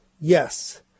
yes